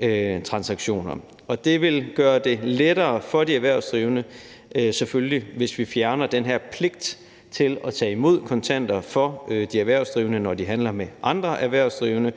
B2B-transaktioner. Det vil selvfølgelig gøre det lettere for de erhvervsdrivende, hvis vi fjerner den her pligt til at tage imod kontanter for de erhvervsdrivende, når de handler med andre erhvervsdrivende.